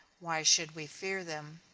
why should we fear them?